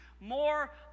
more